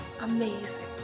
Amazing